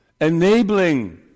enabling